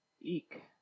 Eek